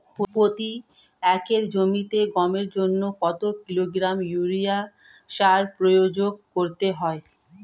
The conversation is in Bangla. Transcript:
প্রতি একর জমিতে গমের জন্য কত কিলোগ্রাম ইউরিয়া সার প্রয়োগ করতে হয়?